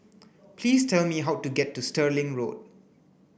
please tell me how to get to Stirling Road